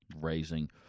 raising